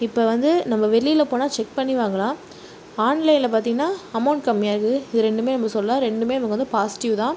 இப்போ வந்து நம்ம வெளியில் போனால் செக் பண்ணி வாங்கலாம் ஆன்லைனில் பார்த்தீங்கன்னா அமௌண்ட் கம்மி ஆகுது இது ரெண்டுமே நாம் சொல்லலாம் இது ரெண்டுமே நமக்கு வந்து பாசிட்டிவ் தான்